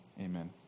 amen